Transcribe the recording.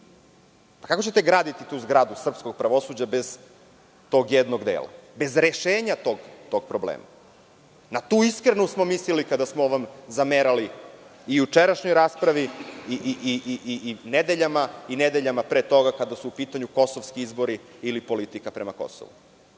Kako ćete graditi tu zgradu srpskog pravosuđa bez tog jednog dela, bez rešenja tog problema? Na tu iskrenost smo mislili kada smo vam zamerali i u jučerašnjoj raspravi i nedeljama pre toga kada su u pitanju kosovski izbori ili politika prema Kosovu. Kakvi